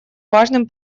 важным